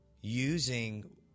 using